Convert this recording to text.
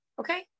okay